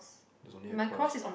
there's only a cross